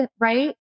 right